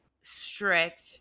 strict